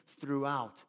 throughout